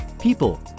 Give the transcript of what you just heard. People